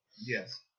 Yes